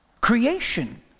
Creation